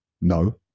no